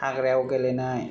हाग्रायाव गेलेनाय